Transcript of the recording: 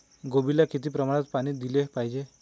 कोबीला किती प्रमाणात पाणी दिले पाहिजे?